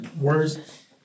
words